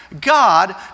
God